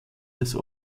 des